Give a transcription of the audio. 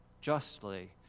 Justly